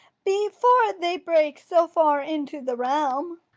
before they break so far into the realm.